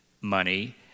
money